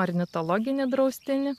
ornitologinį draustinį